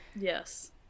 Yes